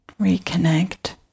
reconnect